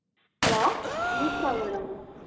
hello వినిపిస్తుంది madam